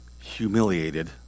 humiliated